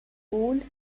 bold